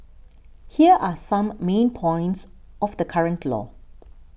here are some main points of the current law